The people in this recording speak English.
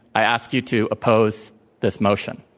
i ask you to oppose this motion.